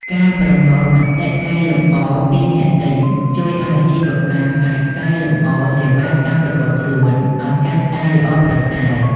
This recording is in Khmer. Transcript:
ការប្រមូលមតិកែលម្អ ពីអ្នកទិញ ជួយឱ្យអាជីវកម្មអាចកែលម្អសេវាកម្មរបស់ខ្លួនឱ្យកាន់តែល្អប្រសើរ។